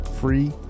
free